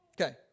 Okay